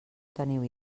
teniu